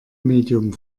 medium